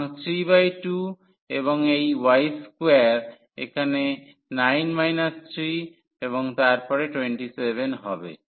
সুতরাং 32 এবং এই y2 এখানে 9 3 এবং তারপরে 27 হবে